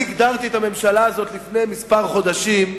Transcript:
אני הגדרתי את הממשלה הזאת לפני כמה חודשים,